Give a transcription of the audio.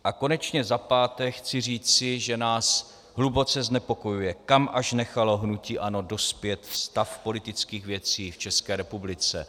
A konečně za páté chci říci, že nás hluboce znepokojuje, kam až nechalo hnutí ANO dospět stav politických věcí v České republice.